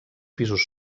pisos